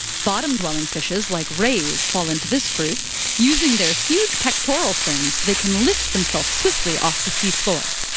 bottom-dwelling fishes, like rays, fall into this group using their huge pectoral fins, they can lift themselves swiftly off the sea floor.